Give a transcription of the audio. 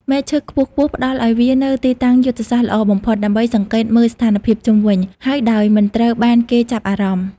មែកឈើខ្ពស់ៗផ្តល់ឲ្យវានូវទីតាំងយុទ្ធសាស្ត្រល្អបំផុត ដើម្បីសង្កេតមើលស្ថានភាពជុំវិញ ហើយដោយមិនត្រូវបានគេចាប់អារម្មណ៍។